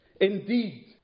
Indeed